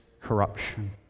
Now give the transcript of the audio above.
corruption